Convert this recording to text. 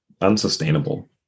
unsustainable